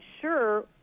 sure